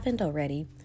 already